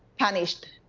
punished,